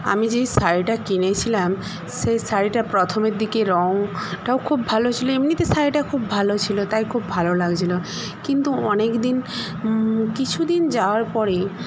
আমি যেই শাড়িটা কিনেছিলাম সেই শাড়িটা প্রথমের দিকে রঙটাও খুব ভালো ছিল এমনিতে শাড়িটা খুব ভালো ছিল তাই খুব ভালো লাগছিল কিন্তু অনেকদিন কিছুদিন যাওয়ার পরে